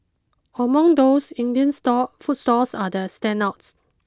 among those Indian stalls food stalls are the standouts